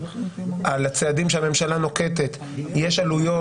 לצעדים שהממשלה נוקטת יש עלויות,